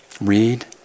Read